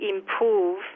improve